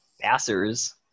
passers